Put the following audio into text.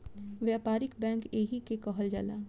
व्यापारिक बैंक एही के कहल जाला